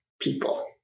People